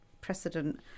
precedent